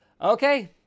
Okay